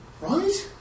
Right